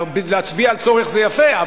להצביע על צורך זה יפה,